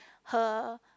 her